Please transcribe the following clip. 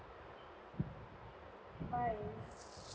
bye